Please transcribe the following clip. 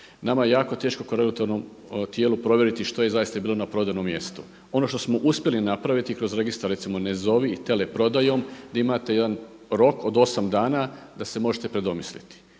Nama je jako teško kao regulatornom tijelu provjeriti što je zaista bilo na prodajnom mjestu. Ono što smo uspjeli napraviti kroz registar recimo …/Govornik se ne razumije./… i teleprodajom da imate jedan rok od 8 dana da se možete predomisliti.